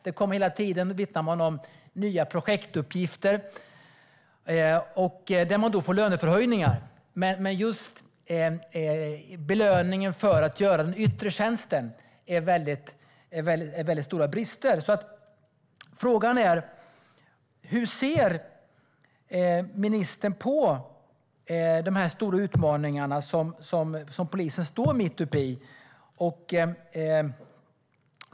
Man vittnar om att det hela tiden kommer nya projektuppgifter där det ges löneförhöjningar. Men det är stora brister just när det gäller belöningen för att göra den yttre tjänsten. Frågan är: Hur ser ministern på de stora utmaningar som polisen står mitt uppe i?